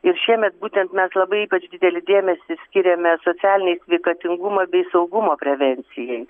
ir šiemet būtent mes labai ypač didelį dėmesį skiriame socialinei sveikatingumo bei saugumo prevencijai